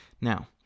Now